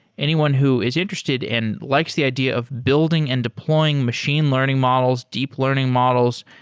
anyone who is interested and likes the idea of building and deploying machine learning models, deep learning models,